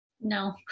No